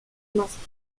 maskiert